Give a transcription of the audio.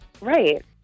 Right